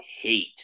hate